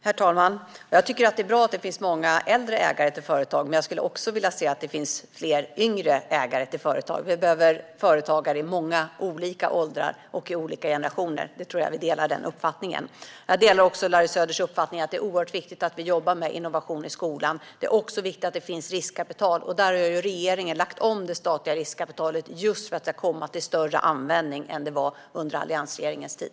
Herr talman! Jag tycker att det är bra att det finns många äldre ägare till företag, men jag skulle också vilja se fler yngre ägare till företag. Vi behöver företagare i många olika åldrar och olika generationer. Den uppfattningen tror jag att vi delar. Jag delar också Larry Söders uppfattning att det är oerhört viktigt att jobba med innovationer i skolan. Det är också viktigt att det finns riskkapital, och regeringen har lagt om det statliga riskkapitalet just för att det ska komma till större användning än under alliansregeringens tid.